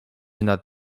nad